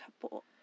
couple